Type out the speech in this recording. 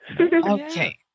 Okay